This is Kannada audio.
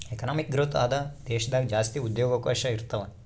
ಎಕನಾಮಿಕ್ ಗ್ರೋಥ್ ಆದ ದೇಶದಾಗ ಜಾಸ್ತಿ ಉದ್ಯೋಗವಕಾಶ ಇರುತಾವೆ